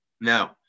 no